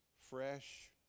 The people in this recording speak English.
fresh